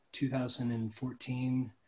2014